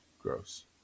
gross